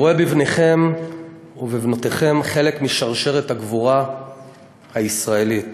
אני רואה בבניכם ובבנותיכם חלק משרשרת הגבורה הישראלית.